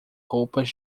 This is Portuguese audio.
roupas